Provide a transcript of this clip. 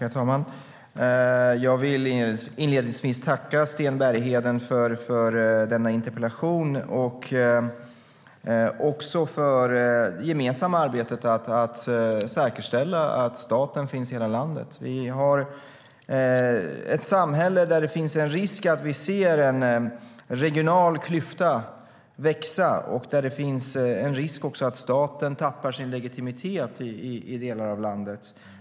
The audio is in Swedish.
Herr talman! Jag vill inledningsvis tacka Sten Bergheden för denna interpellation och för det gemensamma arbetet med att säkerställa att staten finns i hela landet. Vi har ett samhälle där det finns en risk för att en regional klyfta växer och där det finns risk för att staten tappar sin legitimitet i delar av landet.